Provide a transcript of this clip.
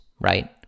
right